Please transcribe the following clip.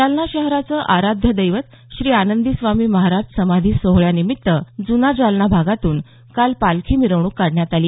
जालना शहराचं आराध्य दैवत श्री आनंदी स्वामी महाराज समाधी सोहळ्यानिमित्त ज्ना जालना भागातून काल पालखी मिरवणूक काढण्यात आली